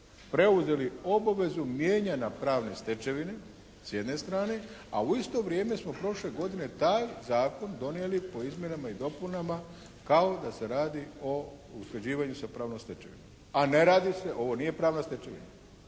preuzeli obvezu mijenjanja pravne stečevine s jedne strane, a u isto vrijeme smo prošle godine taj zakon donijeli po izmjenama i dopunama kao da se radi o usklađivanju sa pravnom stečevinom, a ne radi se, ovo nije pravna stečevina.